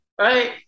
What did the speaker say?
right